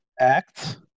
act